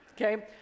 Okay